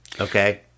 Okay